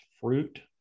fruit